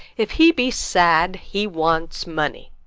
if he be sad, he wants money.